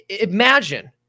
Imagine